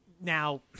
now